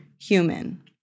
human